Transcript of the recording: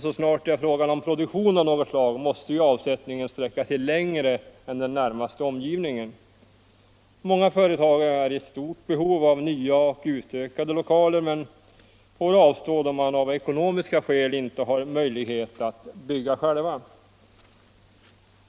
Så snart det är fråga om produktion av något slag måste avsättningen sträcka sig längre än den närmaste omgivningen. Många företagare är i stort behov av nya eller utökade lokaler men får avstå, då de av ekonomiska skäl inte har möjlighet att bygga själva.